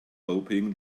hoping